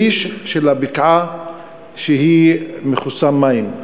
שליש של הבקעה מכוסה מים,